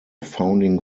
founding